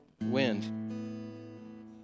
wind